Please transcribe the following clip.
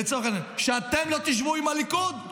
לצורך העניין, שאתם לא תשבו עם הליכוד?